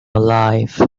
alive